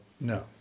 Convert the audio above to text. No